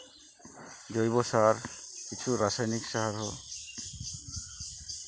ᱡᱳᱭᱵᱚ ᱥᱟᱨ ᱠᱤᱪᱷᱩ ᱨᱟᱥᱟᱭᱚᱱᱤᱠ ᱥᱟᱨ ᱦᱚᱸ